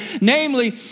namely